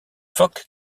phoques